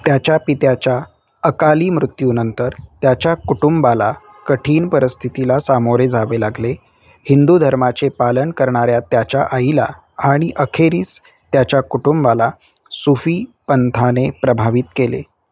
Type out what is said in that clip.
त्याच्या पित्याच्या अकाली मृत्यूनंतर त्याच्या कुटुंबाला कठीण परिस्थितीला सामोरे जावे लागले हिंदू धर्माचे पालन करणाऱ्या त्याच्या आईला आणि अखेरीस त्याच्या कुटुंबाला सुफी पंथाने प्रभावित केले